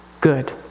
good